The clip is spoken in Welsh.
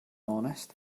onest